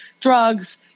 drugs